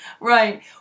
Right